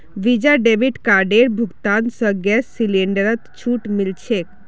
visa debit कार्डेर भुगतान स गैस सिलेंडरत छूट मिल छेक